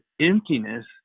emptiness